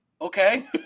Okay